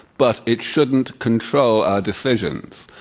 but it shouldn't control our decisions.